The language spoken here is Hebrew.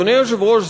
אדוני היושב-ראש,